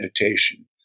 meditation